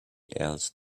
else